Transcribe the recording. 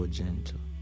gentle